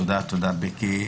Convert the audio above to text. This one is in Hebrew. תודה, בקי.